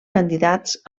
candidats